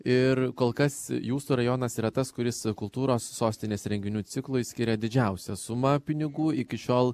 ir kol kas jūsų rajonas yra tas kuris kultūros sostinės renginių ciklui skiria didžiausią sumą pinigų iki šiol